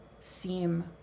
seem